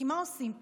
כי מה עושים פה?